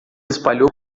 espalhou